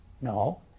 no